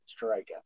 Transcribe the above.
strikeout